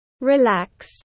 Relax